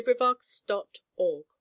LibriVox.org